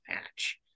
match